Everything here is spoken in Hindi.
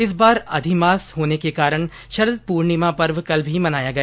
इस बार अधिमार्स होने के कारण शरद पूर्णिमा पर्व कल भी मनाया गया